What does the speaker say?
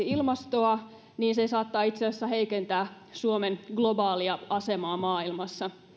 ilmastoa vaan se saattaa itse asiassa heikentää suomen globaalia asemaa maailmassa